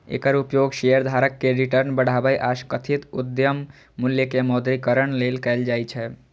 एकर उपयोग शेयरधारक के रिटर्न बढ़ाबै आ कथित उद्यम मूल्य के मौद्रीकरण लेल कैल जाइ छै